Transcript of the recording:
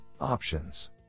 options